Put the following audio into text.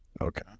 Okay